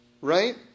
Right